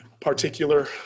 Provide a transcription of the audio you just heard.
particular